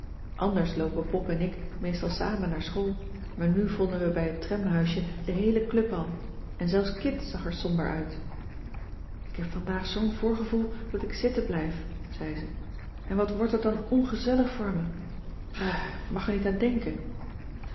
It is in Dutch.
anders loopen pop en ik meestal samen naar school maar nu vonden we bij het tramhuisje de heele club al en zelfs kit zag er somber uit ik heb vandaag zoo'n voorgevoel dat ik zitten blijf zei ze en wat wordt het dan ongezellig voor me brr ik mag er niet aan denken